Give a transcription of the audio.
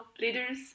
leaders